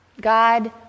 God